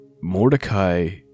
Mordecai